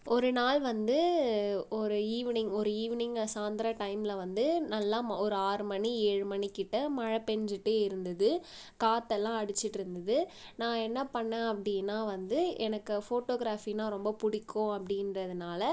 ஒரு நாள் வந்து ஒரு ஈவினிங் ஒரு ஈவினிங் சாந்தரம் டைம்மில் வந்து நல்லா ம ஒரு ஆறு மணி ஏழு மணிக்கிட்ட மழை பேஞ்சுட்டே இருந்தது காற்றல்லாம் அடிச்சிட்டிருந்தது நான் என்ன பண்ணிணேன் அப்படின்னா வந்து எனக்கு ஃபோட்டோ க்ராஃபின்னா ரொம்ப பிடிக்கும் அப்டின்றதனால்